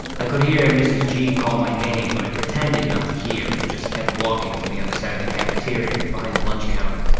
i could hear mrs. g call my name, but i pretended not to hear and just kept walking to the other side of the cafeteria, behind the lunch counter.